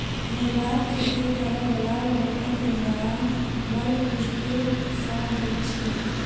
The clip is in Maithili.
निर्वाह खेती करअ बला लोकक निर्वाह बड़ मोश्किल सॅ होइत छै